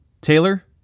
Taylor